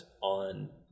on